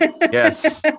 Yes